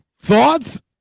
thoughts